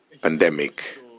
pandemic